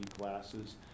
classes